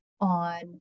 on